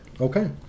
Okay